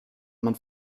man